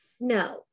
No